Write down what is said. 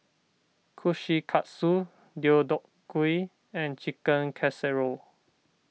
Kushikatsu Deodeok Gui and Chicken Casserole